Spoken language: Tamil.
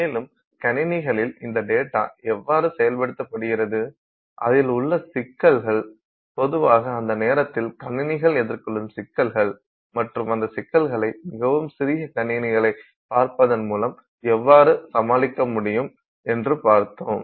மேலும் கணினிகளில் இந்த டேட்டா எவ்வாறு செயல்படுத்தப்படுகிறது அதில் உள்ள சிக்கல்கள் பொதுவாக அந்த நேரத்தில் கணினிகள் எதிர்கொள்ளும் சிக்கல்கள் மற்றும் அந்த சிக்கல்களை மிகவும் சிறிய கணினிகளைப் பார்ப்பதன் மூலம் எவ்வாறு சமாளிக்க முடியும் என்று பார்த்தோம்